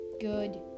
Good